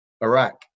Iraq